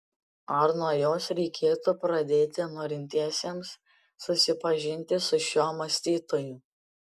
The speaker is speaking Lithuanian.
ar nuo jos reikėtų pradėti norintiesiems susipažinti su šiuo mąstytoju